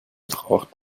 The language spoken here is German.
braucht